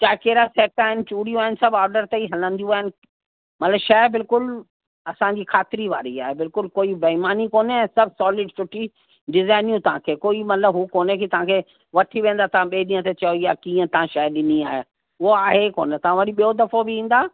चाहे कहिड़ा सेट आहिनि चूड़ियूं आहिनि सभु ऑडर ते ई हलंदियूं आहिनि मतिलब शइ बिल्कुलु असांजी ख़ातिरी वारी आहे बिल्कुलु कोई बेईमानी कोन्हे ऐं सभु सॉलिड सुठी डिजाइनियूं तव्हांखे कोई मतिलब हू कोन्हे की तव्हांखे वठी वेंदा तव्हा ॿिए ॾींह ते चओ इहा कीअं तव्हां शइ ॾिनी आहे हूअ आहे ई कोन्ह तव्हां वरी ॿियो दफ़ो बि ईंदा